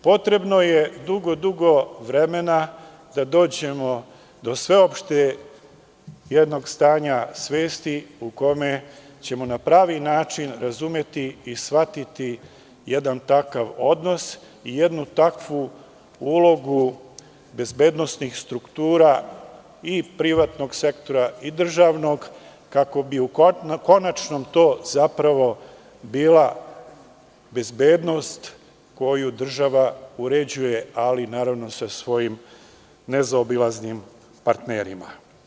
Potrebno je dugo, dugo vremena da dođemo do sveopšte jednog stanja svesti u kome ćemo na pravi način razumeti i shvatiti jedan takav odnos i jednu takvu ulogu bezbednosnih struktura i privatnog sektora i državnog, kako bi u konačnom to zapravo bila bezbednost koju država uređuje, ali naravno sa svojim nezaobilaznim partnerima.